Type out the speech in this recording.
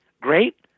great